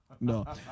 no